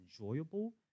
enjoyable